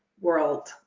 world